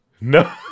No